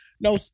No